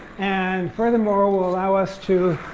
and furthermore will allow us to